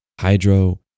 hydro